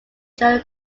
general